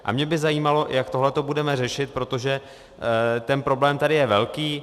A mě by zajímalo, jak tohleto budeme řešit, protože ten problém tady je velký.